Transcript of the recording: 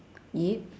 eat